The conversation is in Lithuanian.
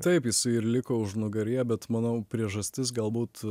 taip jisai ir liko užnugaryje bet manau priežastis galbūt